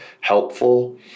helpful